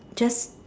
just